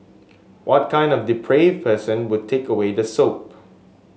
what kind of depraved person would take away the soup